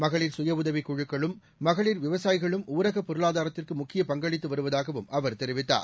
மகளிர் சுயஉதவிக் குழுக்களும் மகளிர் விவசாயிகளும் ஊரகப் பொருளாதாரத்திற்கு முக்கியப் பங்களித்து வருவதாகவும் அவர் தெரிவித்தார்